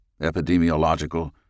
epidemiological